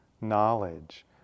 knowledge